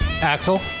Axel